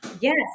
Yes